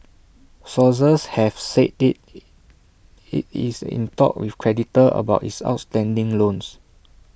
sources have said IT it is in talks with creditors about its outstanding loans